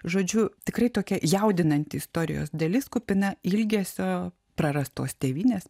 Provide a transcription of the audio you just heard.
žodžiu tikrai tokia jaudinanti istorijos dalis kupina ilgesio prarastos tėvynės